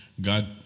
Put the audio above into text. God